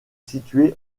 situé